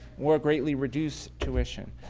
or greatly reduced tuition,